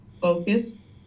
focus